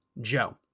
Joe